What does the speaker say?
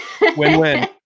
Win-win